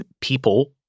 people